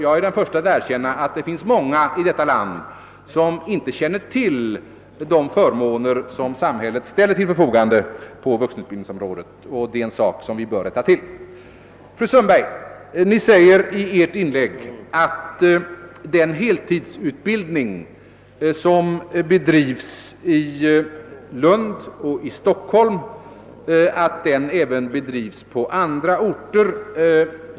Jag är den förste att erkänna att det finns många i detta land som inte känner till de förmåner som samhället ställer till förfogande på vuxenutbildningsområdet. Det är en sak som vi bör rätta till. Fru Sundberg sade i sitt inlägg att sådan heltidsutbildning som bedrivs i Lund och i Stockholm även förekommer på andra orter.